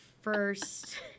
first